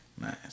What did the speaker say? Nice